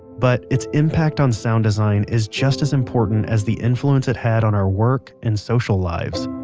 but it's impact on sound design is just as important as the influence it had on our work and social lives.